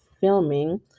filming